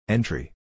Entry